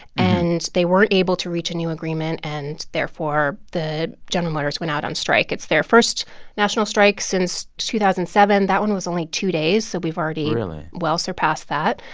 and they weren't able to reach a new agreement. and therefore, the general motors went out on strike. it's their first national strike since two thousand and seven. that one was only two days, so we've already. really. well surpassed that.